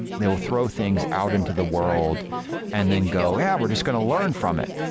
they will throw things out into the world and then go, yeah! we're just going to learn from it,